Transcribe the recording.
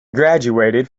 graduated